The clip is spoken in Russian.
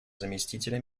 заместителя